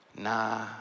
Nah